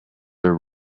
are